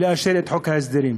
לאישור חוק ההסדרים.